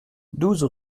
douze